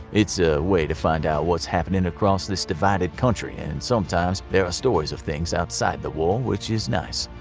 it is a way to find out what is happening across this divided country, and sometimes there are stories of things outside the war, which is nice.